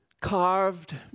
Carved